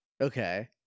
okay